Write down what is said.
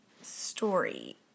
story